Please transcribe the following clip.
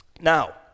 Now